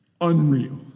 unreal